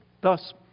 Thus